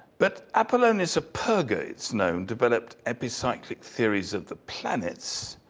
but apollonius of perga, it's known, developed epicyclic theories of the planets.